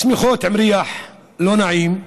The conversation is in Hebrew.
שמיכות עם ריח לא נעים,